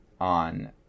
on